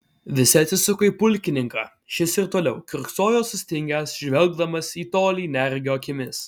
visi atsisuko į pulkininką šis ir toliau kiurksojo sustingęs žvelgdamas į tolį neregio akimis